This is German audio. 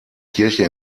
kirche